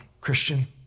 Christian